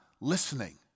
listening